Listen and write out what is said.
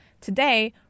Today